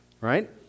right